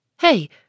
Hey